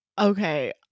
Okay